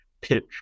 pitch